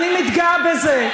אני מתגאה בזה.